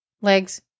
Legs